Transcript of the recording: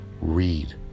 read